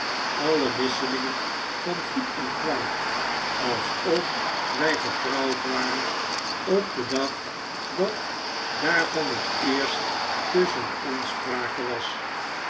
alle wisselingen van goed en kwaad alsof wy getrouwd waren op den dag dat daarvan het eerst tusschen ons sprake was